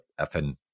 effing